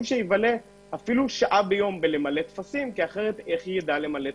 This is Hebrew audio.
שהוא ימלא טפסים שעה ביום כי אחרת איך ידע למלא טפסים.